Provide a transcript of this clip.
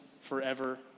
forever